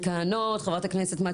חברות הכנסת המכהנות,